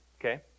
Okay